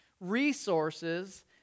resources